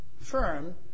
firm